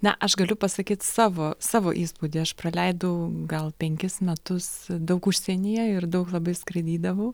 na aš galiu pasakyt savo savo įspūdį aš praleidau gal penkis metus daug užsienyje ir daug labai skraidydavau